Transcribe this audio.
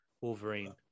Wolverine